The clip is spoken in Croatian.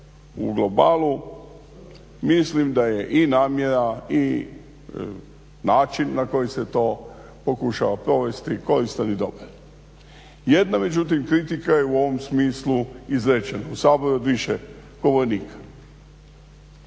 u globalu mislim da je i namjera i način na koji se to pokušava provesti koristan i dobar. Jedna međutim kritika je u ovom smislu izrečena u Saboru od više govornika.